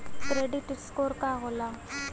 Credit score का होला?